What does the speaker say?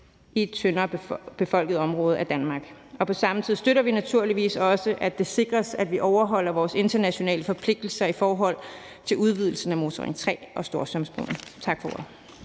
i et tyndere befolket område af Danmark. På samme tid støtter vi naturligvis også, at det sikres, at vi overholder vores internationale forpligtelser i forhold til udvidelsen af Motorring 3 og Storstrømsbroen. Tak for ordet.